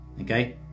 Okay